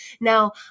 Now